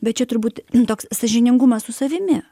bet čia turbūt toks sąžiningumas su savimi